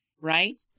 right